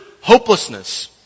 hopelessness